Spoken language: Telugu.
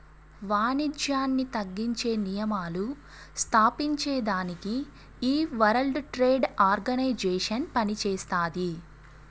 వానిజ్యాన్ని తగ్గించే నియమాలు స్తాపించేదానికి ఈ వరల్డ్ ట్రేడ్ ఆర్గనైజేషన్ పనిచేస్తాది